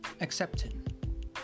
accepting